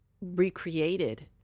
recreated